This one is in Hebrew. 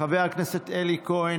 חבר הכנסת אלי כהן,